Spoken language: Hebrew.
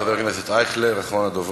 חבר הכנסת אייכלר, אחרון הדוברים.